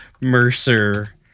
Mercer